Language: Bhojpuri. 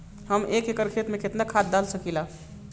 हम एक एकड़ खेत में केतना खाद डाल सकिला?